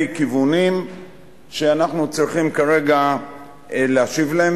כיוונים שאנחנו צריכים כרגע להשיב עליהם,